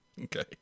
Okay